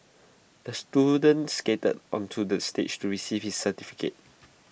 the student skated onto the stage to receive his certificate